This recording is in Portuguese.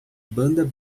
banda